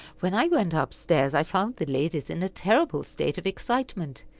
when i went up-stairs, i found the ladies in a terrible state of excitement.